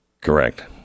Correct